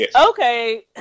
okay